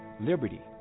Liberty